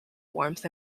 warmth